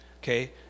okay